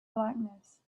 blackness